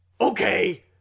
Okay